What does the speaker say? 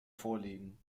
vorliegen